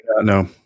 No